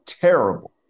terrible